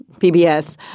PBS